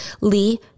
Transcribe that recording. Lee